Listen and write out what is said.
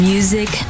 Music